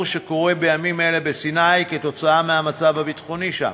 שקורה בימים אלה בסיני עקב המצב הביטחוני שם.